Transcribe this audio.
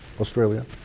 Australia